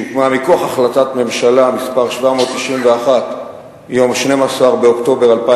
שהוקמה מכוח החלטת ממשלה מס' 791 מיום 12 באוקטובר 2009,